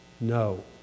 No